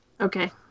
Okay